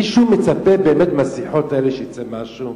מישהו מצפה באמת שמהשיחות האלה יצא משהו?